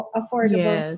affordable